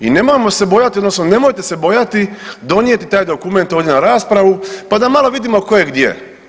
I nemojmo se bojati odnosno nemojte se bojati donijeti taj dokument ovdje na raspravu pa malo vidimo tko je gdje.